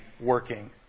Working